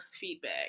feedback